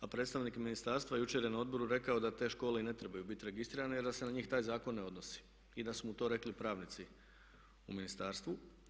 A predstavnik ministarstva jučer je na odboru rekao da te škole i ne trebaju biti registrirane jer da se na njih taj zakon ne odnosi i da su mu to rekli pravnici u ministarstvu.